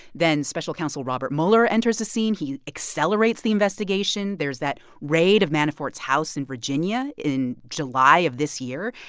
then, special counsel robert mueller enters the scene. he accelerates the investigation. there's that raid of manafort's house in virginia in july of this year.